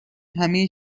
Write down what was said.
همه